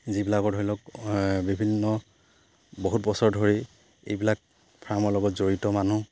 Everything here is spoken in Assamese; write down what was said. যিবিলাকৰ ধৰি লওক বিভিন্ন বহুত বছৰ ধৰি এইবিলাক ফাৰ্মৰ লগত জড়িত মানুহ